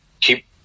keep